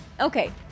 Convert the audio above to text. Okay